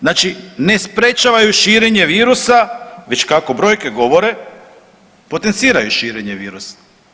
Znači ne sprječavaju širenje virusa već kako brojke govore potenciraju širenje virusa.